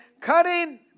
cutting